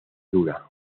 dura